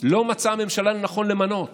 לא מצאה הממשלה לנכון למנות